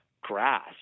grass